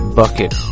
bucket